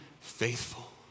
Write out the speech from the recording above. faithful